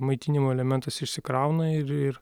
maitinimo elementas išsikrauna ir ir